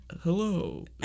Hello